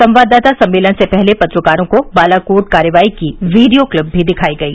संवाददाता सम्मेलन से पहले पत्रकारों को बालाकोट कार्रवाई की वीडियो क्लिप भी दिखाई गयी